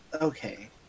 Okay